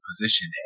position